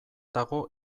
dago